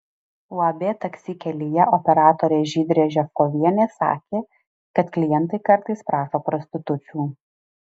uab taksi kelyje operatorė žydrė ževkovienė sakė kad klientai kartais prašo prostitučių